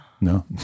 No